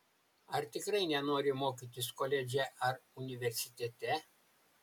ar tikrai nenori mokytis koledže ar universitete